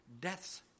Death's